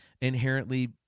inherently